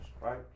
right